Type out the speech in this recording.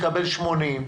נקבל 80,